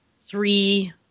three